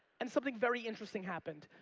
and something very interesting happened.